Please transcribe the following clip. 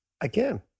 again